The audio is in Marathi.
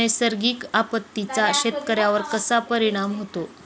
नैसर्गिक आपत्तींचा शेतकऱ्यांवर कसा परिणाम होतो?